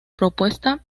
propuesta